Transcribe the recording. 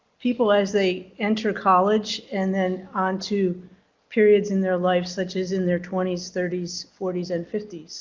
people as they enter college and then on to periods in their life such as in their twenty s thirty s forty s and fifty s.